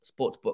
sportsbook